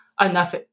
enough